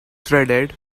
shredded